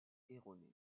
erronée